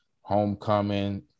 Homecoming